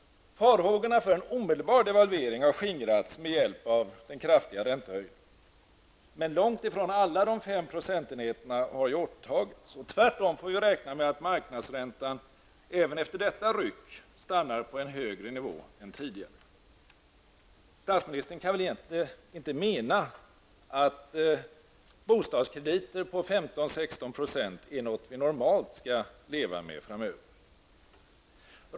Farhågorna för en omedelbar devalvering har skingrats med hjälp av den kraftiga räntehöjningen, men långt ifrån alla de fem procentenheterna har återtagits. Tvärtom får vi räkna med att marknadsräntan även efter detta ryck stannar kvar på en högre nivå än tidigare. Statsministern kan väl inte mena att bostadskrediter på 15--16 % är någonting som vi normalt skall leva med framöver.